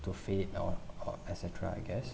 to fit or or et cetera I guess